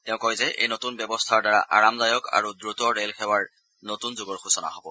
তেওঁ কয় যে এই নতুন ব্যৱস্থাৰ দ্বাৰা আৰামদায়ক আৰু দ্ৰুত ৰেলসেৱাৰ নতুন যুগৰ সূচনা হ'ব